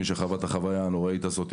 מי שחווה את החוויה הנוראית הזאת,